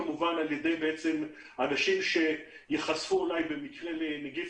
על ידי אנשים שייחשפו אולי במקרה לנגיף